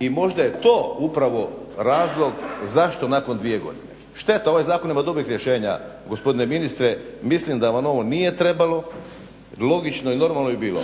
I možda je to upravo razlog zašto nakon dvije godine. Šteta ovaj zakon ima dobrih rješenja gospodine ministre mislim da vam ovo nije trebalo, logično i normalno bi bilo